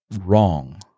wrong